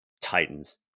titans